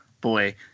boy